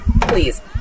Please